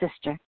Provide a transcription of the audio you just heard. sister